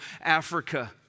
Africa